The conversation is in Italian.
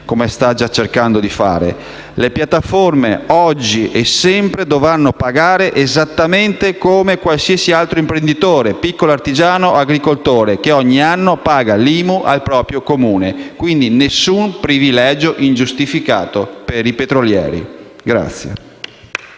come sta già cercando di fare: le piattaforme, oggi e sempre, dovranno pagare esattamente come qualsiasi altro imprenditore, piccolo artigiano o agricoltore, che ogni anno paga l'IMU al proprio Comune. Nessun privilegio ingiustificato per i petrolieri.